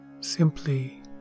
Simply